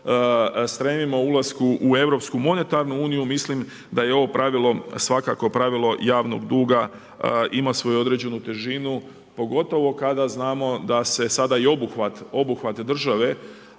stremimo ulasku u Europsku monetarnu uniju mislim da je ovo pravilo svakako pravilo javnog duga ima svoju određenu težinu, pogotovo kada znam o da se sada i obuhvat države